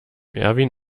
erwin